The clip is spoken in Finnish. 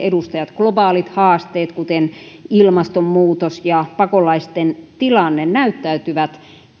edustajat globaalit haasteet kuten ilmastonmuutos ja pakolaisten tilanne näyttäytyvät